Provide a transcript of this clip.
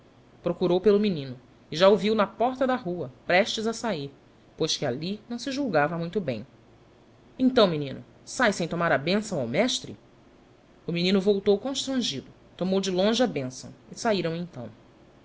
procutou pelo menino e já o viu na porta da rua prestes a fiahir pois que alli não se julgava muito bem então menino sahe sem tomar a benção ao mestre o menino voltou constrangido tomou de longe a benção e sahiram então